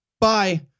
bye